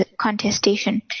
contestation